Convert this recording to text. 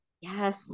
Yes